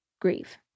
grieve